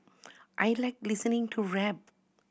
I like listening to rap